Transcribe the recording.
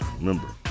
Remember